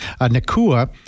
Nakua